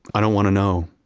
i don't want to know.